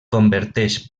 converteix